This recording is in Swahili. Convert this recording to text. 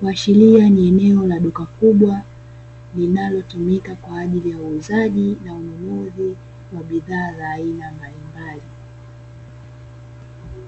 kuashiria ni eneo la duka kubwa linalotumika kwa ajili ya uuzaji na ununuzi wa bidhaa za aina mbalimbali.